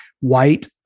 white